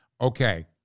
Okay